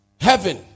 Heaven